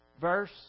verse